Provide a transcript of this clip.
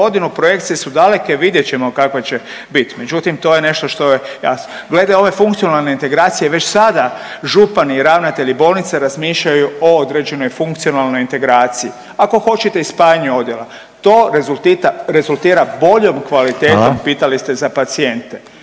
projekcije su daleke, vidjet ćemo kakve će bit, međutim to je nešto što je ja, glede ove funkcionalne integracije već sada župani i ravnatelji bolnice razmišljaju o određenoj funkcionalnoj integraciji, ako hoćete i spajanju odjela. To rezultira boljom kvalitetom…/Upadica Reiner: